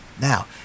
Now